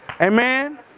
Amen